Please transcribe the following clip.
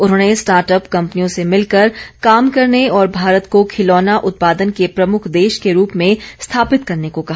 उन्होंने स्टार्टअप कंपनियों से भिलकर काम करने और भारत को खिलौना उत्पादन के प्रमुख देश के रूप में स्थापित करने को कहा